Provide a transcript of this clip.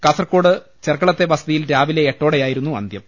കാസർക്കോഡ് ചെർക്കളത്തെ വസതിയിൽ രാവിലെ എട്ടോടെയായിരുന്നു അന്തൃം